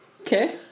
Okay